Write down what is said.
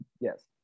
Yes